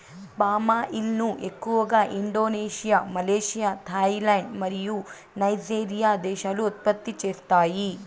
palm oil ను ఎక్కువగా Indonesia, Malaysia, Thailand మరియు నైజీరియా దేశాలు ఉత్పత్తి చేస్తాయి